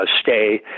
stay